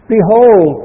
Behold